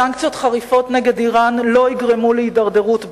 סנקציות חריפות נגד אירן לא יגרמו להידרדרות באזור,